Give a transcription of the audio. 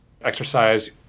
exercise